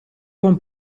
con